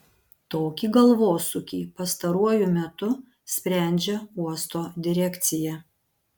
tokį galvosūkį pastaruoju metu sprendžia uosto direkcija